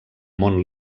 mont